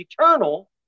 eternal